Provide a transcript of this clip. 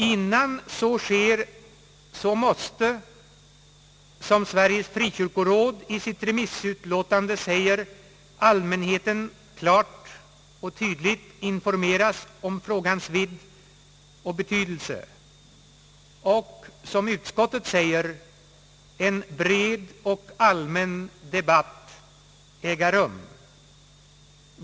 Innan så sker måste, som Sveriges frikyrkoråd säger 1 sitt remissutlåtande, allmänheten klart och tydligt informeras om frågans vidd och betydelse och, som utskottet säger, en bred och allmän debatt äga rum.